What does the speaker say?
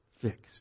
fixed